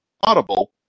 Audible